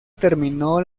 terminó